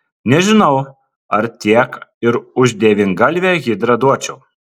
nežinau ar tiek ir už devyngalvę hidrą duočiau